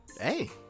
hey